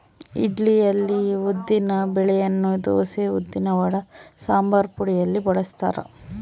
ಇಡ್ಲಿಯಲ್ಲಿ ಉದ್ದಿನ ಬೆಳೆಯನ್ನು ದೋಸೆ, ಉದ್ದಿನವಡ, ಸಂಬಾರಪುಡಿಯಲ್ಲಿ ಬಳಸ್ತಾರ